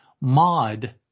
mod